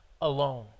alone